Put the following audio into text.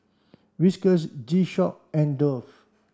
Whiskas G Shock and Dove